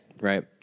Right